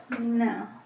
no